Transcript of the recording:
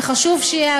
וחשוב שיהיה.